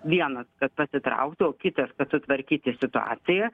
vienas kad pasitrauktų o kitas kad sutvarkyti situaciją